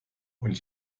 und